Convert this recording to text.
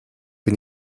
bin